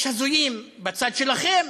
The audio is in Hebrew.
יש הזויים בצד שלכם,